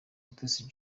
mutesi